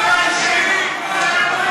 כולנו לצאת למלחמה בעוני,